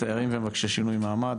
תיירים ומבקשי שינוי מעמד.